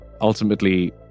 Ultimately